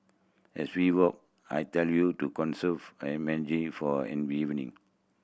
as we walk I tell you to conserve a for a evening